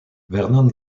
vernon